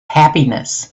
happiness